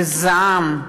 וזעם,